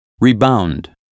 rebound